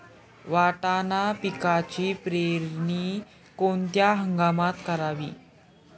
वाटाणा पिकाची पेरणी कोणत्या हंगामात करावी?